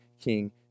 king